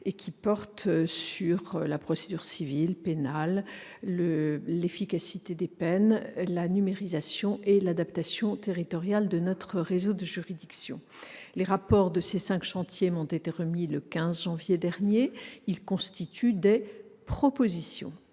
portent sur la procédure civile, la procédure pénale, l'efficacité des peines, la numérisation et l'adaptation territoriale de notre réseau de juridictions. Les rapports relatifs à ces cinq chantiers m'ont été remis le 15 janvier dernier ; ils constituent des propositions.